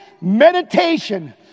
meditation